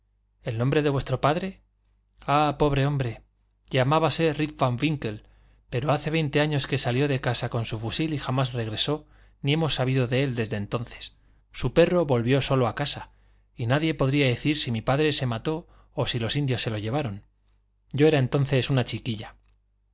el nombre de vuestro padre ah pobre hombre llamábase rip van winkle pero hace veinte años que salió de casa con su fusil y jamás regresó ni hemos sabido de él desde entonces su perro volvió solo a la casa y nadie podría decir si mi padre se mató o si los indios se lo llevaron yo era entonces una chiquilla